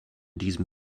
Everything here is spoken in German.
diesem